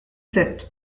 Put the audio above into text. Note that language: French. sept